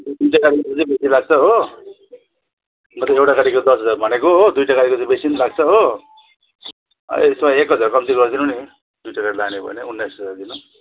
जुन चाहिँ गाडी लाग्छ हो बरु एउटा गाडीको दस हजार भनेको हो दुइवटा गाडीको त बेसी लाग्छ हो यसो एक हजार कम्ती गरिदिनु नि दुइवटा गाडी लाने हो भने उन्नाइस हजार दिनु